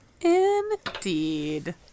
Indeed